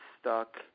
stuck